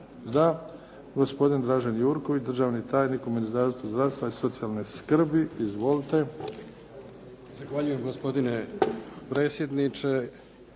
Da. Gospodin Dražen Jurković, državni tajnik u Ministarstvu zdravstava i socijalne skrbi. Izvolite. **Jurković, Dražen** Zahvaljujem gospodine predsjedniče.